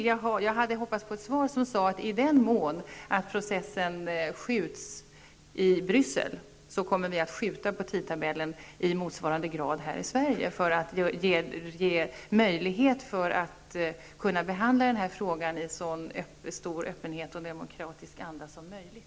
Jag hade hoppats få svaret att om processen skjuts framåt i Bryssel kommer vi att förskjuta tidtabellen i motsvarande grad här i Sverige, för att ge möjlighet till att behandla den här frågan med så stor öppenhet och i så demokratisk anda som möjligt.